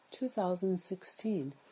2016